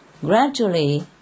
Gradually